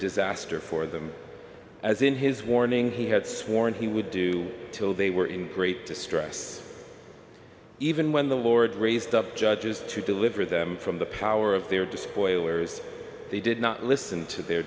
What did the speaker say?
disaster for them as in his warning he had sworn he would do till they were in great distress even when the lord raised up judges to deliver them from the power of their despoil as they did not listen to their